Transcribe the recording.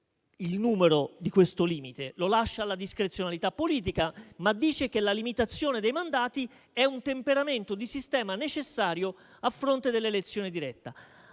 il numero del limite, che lascia alla discrezionalità politica, ma dice che la limitazione dei mandati è un temperamento di sistema necessario a fronte dell'elezione diretta.